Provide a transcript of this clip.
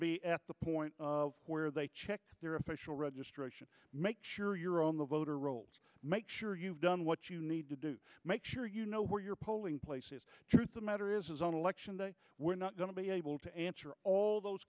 be at the point where they check their official registration make sure you're on the voter rolls make sure you've done what you need to do make sure you know where your polling places the matter is on election day we're not going to be able to answer all those